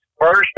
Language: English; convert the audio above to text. first